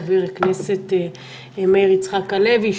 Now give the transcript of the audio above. חבר הכנסת מאיר יצחק הלוי,